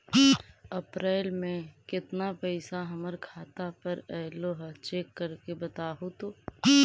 अप्रैल में केतना पैसा हमर खाता पर अएलो है चेक कर के बताहू तो?